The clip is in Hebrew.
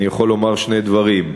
אני יכול לומר שני דברים: